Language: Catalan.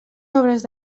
obres